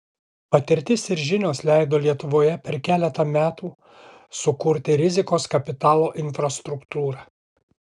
patirtis ir žinios leido lietuvoje per keletą metų sukurti rizikos kapitalo infrastruktūrą